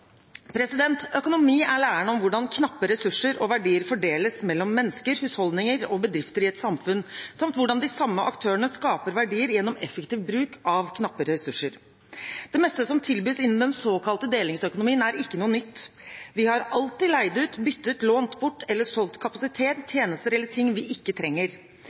Økonomi er læren om hvordan knappe ressurser og verdier fordeles mellom mennesker, husholdninger og bedrifter i et samfunn, samt hvordan de samme aktørene skaper verdier gjennom effektiv bruk av knappe ressurser. Det meste som tilbys innen den såkalte delingsøkonomien, er ikke noe nytt. Vi har alltid leid ut, byttet, lånt bort eller solgt kapasitet, tjenester eller ting vi ikke trenger.